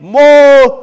more